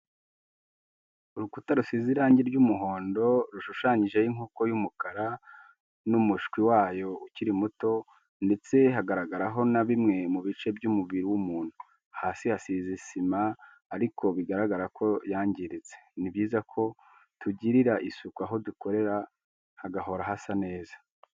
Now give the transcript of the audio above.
Urukuta rusize irangi ry'umuhondo rushushanyijeho inkoko y'umukara n'umushwi wayo ukiri muto, ndetse hagaragaraho na bimwe mu bice by'umubiri w'umuntu, hasi hasize isima ariko bigaragara ko yangiritse, ni byiza ko tugirira isuku aho dukorera hagahora hasa neza.